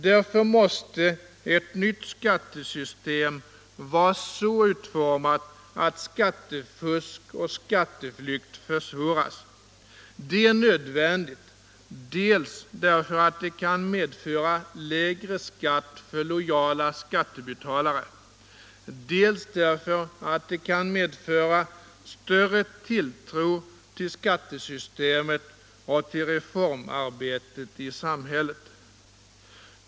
Därför måste ett nytt skattesystem vara så utformat att skattefusk och skatteflykt försvåras. Det är nödvändigt dels därför att det kan medföra lägre skatt för lojala skattebetalare, dels därför att det kan medföra större tilltro till skattesystemet och till reformarbetet i samhället.